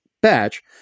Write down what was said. batch